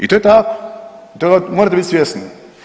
I to je tako, toga morate biti svjesni.